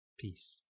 Peace